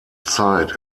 zeit